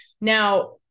now